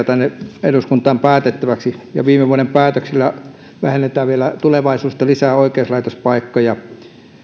tänne eduskuntaan päätettäväksi ja viime vuoden päätöksillä vähennetään vielä tulevaisuudessa lisää oikeuslaitospaikkoja